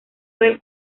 del